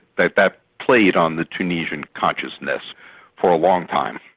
that that played on the tunisian consciousness for a long time.